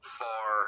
far